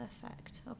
perfect